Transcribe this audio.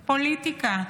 פוליטיקה.